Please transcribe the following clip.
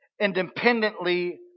independently